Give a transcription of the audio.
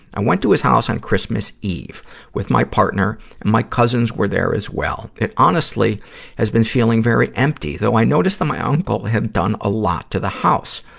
i went to his house on christmas eve with my partner, and my cousins were there as well. it honestly has been feeling very empty, though i noticed that my ah uncle had done a lot to the house.